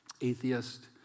atheist